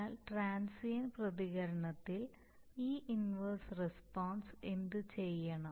എന്നാൽ ട്രാൻസിയൻറ്റ് പ്രതികരണത്തിൽ ഈ ഇൻവർസ് റസ്പോൺസ് എന്തുചെയ്യണം